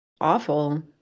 awful